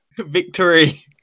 Victory